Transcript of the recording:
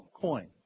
coin